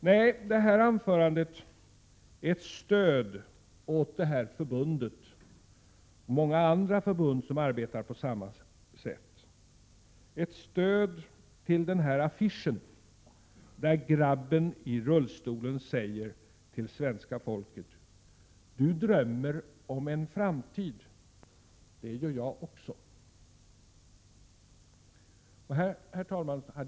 Nej, det här anförandet är ett stöd till Förbundet för utvecklingsstörda barn, och många andra förbund som arbetar på samma sätt, och ett stöd till 89 affischen där grabben i rullstolen säger till svenska folket: ”Du drömmer om framtiden. Det gör jag också.” Herr talman!